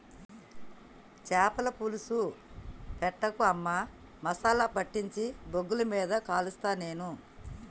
చాపల పులుసు పెట్టకు అమ్మా మసాలా పట్టించి బొగ్గుల మీద కలుస్తా నేను